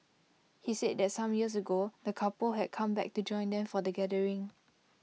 he said that some years ago the couple had come back to join them for the gathering